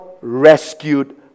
rescued